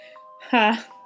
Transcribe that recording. ha